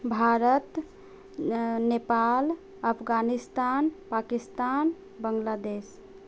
Bharat Nepal Afghanistan Pakistan Bangladesh